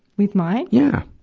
with mine? yeah!